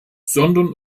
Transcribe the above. sondern